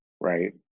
right